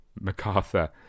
MacArthur